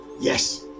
Yes